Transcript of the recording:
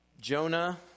Jonah